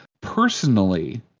personally